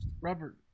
Robert